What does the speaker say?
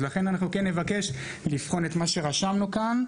לכן אנחנו כן נבקש לבחון את מה שרשמנו כאן,